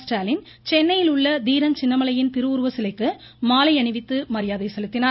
ஸ்டாலின் சென்னையிலுள்ள தீரன் சின்னமலையின் திருவுருவ சிலைக்கு மாலை அணிவித்து மரியாதை செலுத்தினார்